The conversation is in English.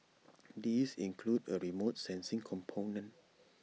this includes A remote sensing component